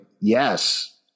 yes